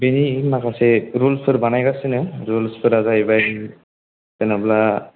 बेनि माखासे रुलसफोर बानायगासिनो रुलसफोरा जाहैबाय जेन'ब्ला